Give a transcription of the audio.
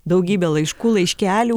daugybė laiškų laiškelių